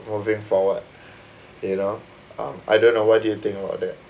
moving forward you know um I don't know what do you think about that